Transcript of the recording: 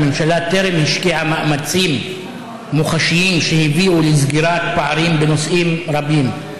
והממשלה טרם השקיעה מאמצים מוחשיים שיביאו לסגירת פערים בנושאים רבים,